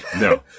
No